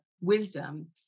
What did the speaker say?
wisdom